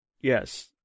Yes